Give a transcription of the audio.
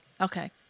okay